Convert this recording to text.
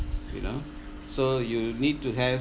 you know so you need to have